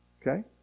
Okay